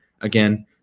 again